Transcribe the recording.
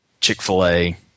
Chick-fil-A